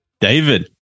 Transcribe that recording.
David